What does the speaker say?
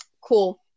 Cool